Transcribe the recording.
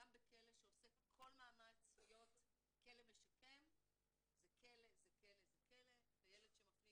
גם בכלא שעושה כל מאמץ להיות כלא משקם זה כלא זה כלא זה כלא וילד שמפנים